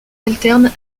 alterne